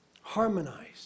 harmonized